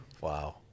Wow